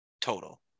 total